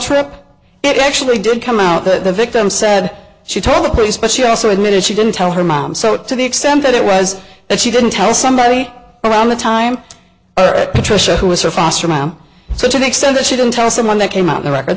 it actually did come out that the victim said she told the police but she also admitted she didn't tell her mom so to the extent that it was that she didn't tell somebody around the time or at patricia who was a foster mom such an extent that she didn't tell someone that came out the record